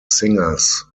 singers